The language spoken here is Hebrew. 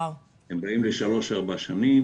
הם באים לשלוש-ארבע שנים,